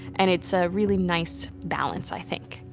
and it's a really nice balance i think,